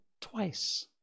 twice